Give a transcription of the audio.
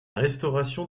restauration